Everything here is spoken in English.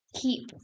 keep